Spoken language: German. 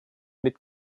mit